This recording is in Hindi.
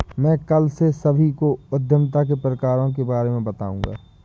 मैं कल से सभी को उद्यमिता के प्रकारों के बारे में बताऊँगा